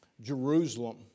Jerusalem